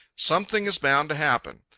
something is bound to happen.